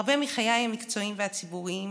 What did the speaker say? הרבה מחיי המקצועיים והציבוריים